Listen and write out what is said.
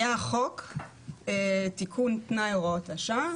היה חוק תיקון תנאי הוראת השעה,